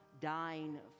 dying